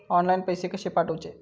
Online पैसे कशे पाठवचे?